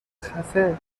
خفه